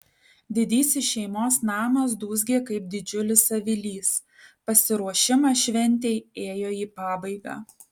didysis šeimos namas dūzgė kaip didžiulis avilys pasiruošimas šventei ėjo į pabaigą